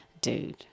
dude